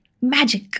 Magic